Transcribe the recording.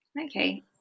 okay